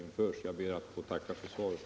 Jag ber att få tacka för svaret.